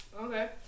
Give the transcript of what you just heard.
Okay